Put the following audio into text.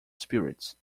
spirits